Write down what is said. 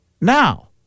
Now